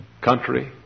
country